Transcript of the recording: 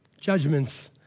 judgments